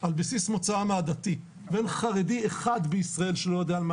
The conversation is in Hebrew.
על בסיס מוצאם העדתי ואין חרדי ישראל שלא יודע על מה